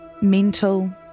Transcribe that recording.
mental